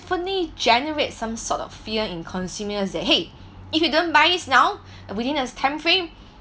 generate some sort of fear in consumers that !hey! if you don't buy it now within the time frame